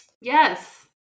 Yes